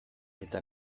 eta